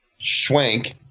Schwank